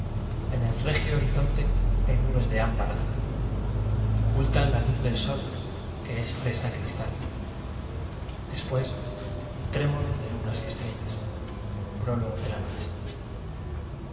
en el regio horizonte hay nubes de ámbar azul que ocultan la luz del sol que es fresa cristal después un trémolo de luna y estrellas como prólogo de la noche